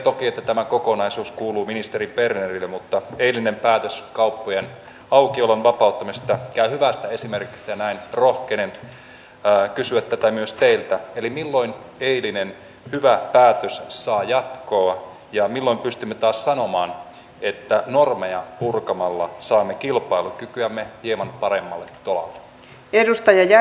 nyt käsiteltävänä olevat säästöt kohdistuvat edunsaajiin mutta eilinen päätös kauppojen aukiolon vapauttamista ja hyvästä esimerkistä näin rohkenenta päätti syytetään myös teitä eli milloin eilinen hyvä päätös saa jatkoa ja himopystymme taas sanomaan että normeja purkamalla saamme kilpailukykyämme hieman paremmalle tolalle perustaja